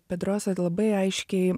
pedrosa labai aiškiai